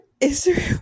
Israel